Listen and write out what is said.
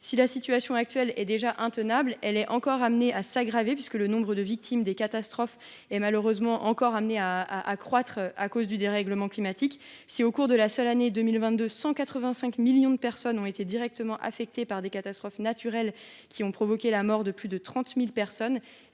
La situation actuelle est déjà intenable et elle est appelée à s’aggraver : le nombre des victimes des catastrophes va malheureusement croître à cause du dérèglement climatique. Au cours de la seule année 2022, 185 millions d’êtres humains ont été directement affectés par des catastrophes naturelles, qui ont provoqué la mort de plus de 30 000 personnes